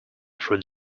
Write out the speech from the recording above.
through